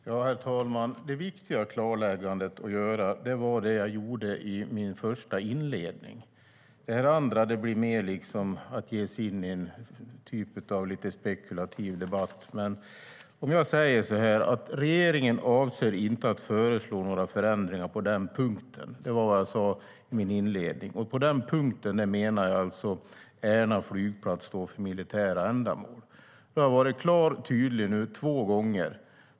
Herr talman! Det viktiga klarläggandet att göra var det som jag gjorde i min inledning. Det här andra blir mer att ge sig in i en typ av spekulativ debatt. Jag säger så här: Regeringen avser inte att föreslå några förändringar på den punkten. Det var vad jag sade i min inledning. Med "på den punkten" menar jag alltså Ärna flygplats för militära ändamål. Jag har nu varit klar och tydlig två gånger.